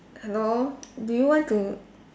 hello do you want to